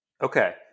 Okay